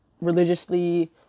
religiously